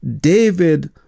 David